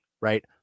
right